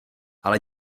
ale